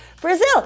Brazil